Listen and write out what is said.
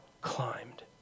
climbed